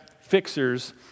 fixers